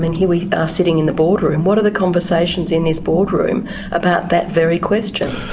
mean, here we are sitting in the boardroom what are the conversations in this boardroom about that very question?